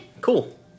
cool